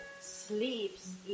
sleeps